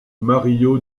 mario